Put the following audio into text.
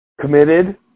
committed